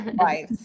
right